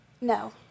No